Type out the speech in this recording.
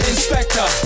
Inspector